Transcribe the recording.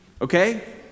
Okay